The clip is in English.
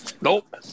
nope